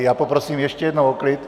Já poprosím ještě jednou o klid.